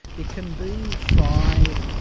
it can be five,